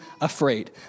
afraid